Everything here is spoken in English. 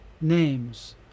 names